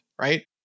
right